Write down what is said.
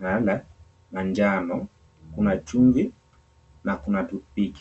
randa na njano kuna chumvi na kuna toothpick .